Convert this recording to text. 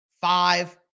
five